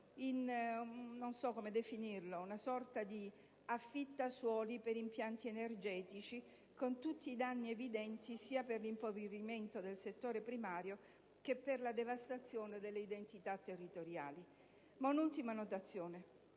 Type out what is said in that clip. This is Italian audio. in una sorta di "affittasuoli" per impianti energetici, con tutti i danni evidenti sia per l'impoverimento del settore primario che per la devastazione delle identità territoriali. È utile fare